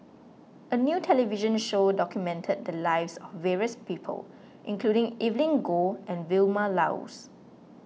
a new television show documented the lives of various people including Evelyn Goh and Vilma Laus